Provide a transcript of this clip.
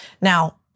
Now